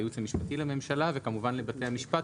לייעוץ המשפטי לממשלה וכמובן לבתי המשפט,